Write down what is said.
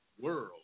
world